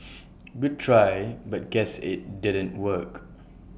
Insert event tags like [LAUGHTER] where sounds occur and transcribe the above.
[NOISE] good try but guess IT didn't work